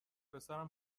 پسرم